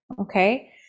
okay